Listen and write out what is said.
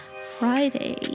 friday